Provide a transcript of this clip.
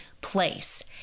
place